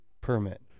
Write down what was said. Permit